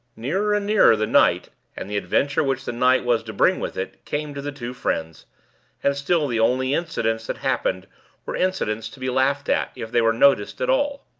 nearer and nearer the night, and the adventure which the night was to bring with it, came to the two friends and still the only incidents that happened were incidents to be laughed at, if they were noticed at all.